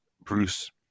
Bruce